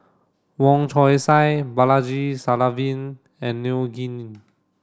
Wong Chong Sai Balaji Sadasivan and Neo Anngee